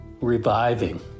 reviving